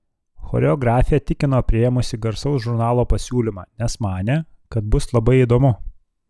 choreografė tikino priėmusi garsaus žurnalo pasiūlymą nes manė kad bus labai įdomu